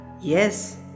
Yes